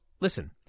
listen